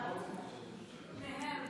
אבל שניהם,